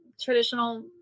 traditional